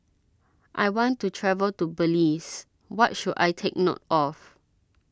I want to travel to Belize what should I take note of